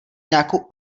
nějakou